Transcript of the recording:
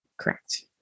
Correct